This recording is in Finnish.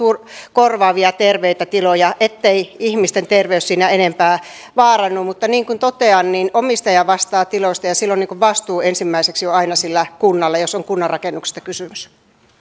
korvaavia terveitä tiloja ettei ihmisten terveys siinä enempää vaarannu mutta niin kuin totean omistaja vastaa tiloista ja silloin vastuu ensimmäiseksi on aina kunnalla jos on kunnan rakennuksesta kysymys